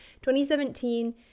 2017